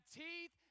teeth